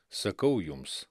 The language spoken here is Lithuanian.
sakau jums